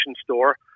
store